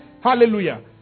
Hallelujah